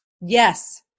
Yes